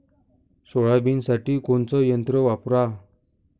सोयाबीनसाठी कोनचं यंत्र वापरा?